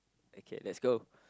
okay let's go